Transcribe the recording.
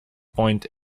point